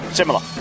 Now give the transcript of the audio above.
similar